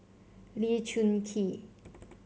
Lee Choon Kee